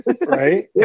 Right